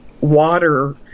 water